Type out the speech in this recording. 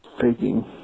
faking